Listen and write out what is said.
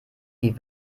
wie